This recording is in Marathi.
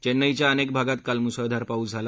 चेन्नईच्या अनेक भागात काल मुसळधार पाऊस झाला